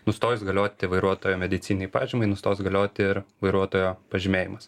nustojus galioti vairuotojo medicininei pažymai nustos galioti ir vairuotojo pažymėjimas